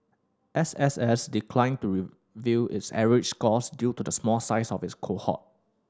S S S declined to reveal its average scores due to the small size of its cohort